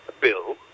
bill